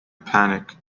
panic